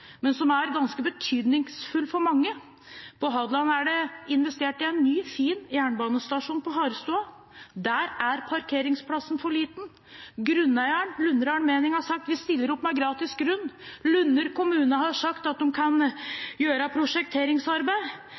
men den er ganske betydningsfull for mange. På Hadeland er det investert i en ny, fin jernbanestasjon på Harestua. Der er parkeringsplassen for liten. Grunneieren, Lunner allmenning, har sagt at de stiller opp med gratis grunn. Lunner kommune har sagt at de kan gjøre